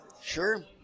Sure